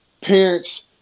parents